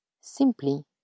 simply